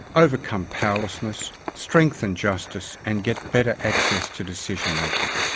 overcome powerlessness, strengthen justice and get better access to decision making.